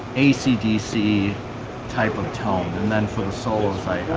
ac dc type of tone and then for the solos i